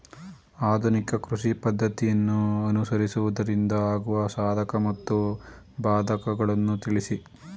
ಆಧುನಿಕ ಕೃಷಿ ಪದ್ದತಿಯನ್ನು ಅನುಸರಿಸುವುದರಿಂದ ಆಗುವ ಸಾಧಕ ಮತ್ತು ಬಾಧಕಗಳನ್ನು ತಿಳಿಸಿ?